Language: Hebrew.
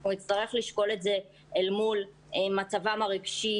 אנחנו נצטרך לשקול את זה אל מול מצבם הרגשי